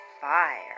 fire